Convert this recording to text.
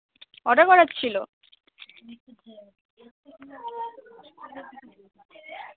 order করার ছিলো